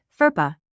FERPA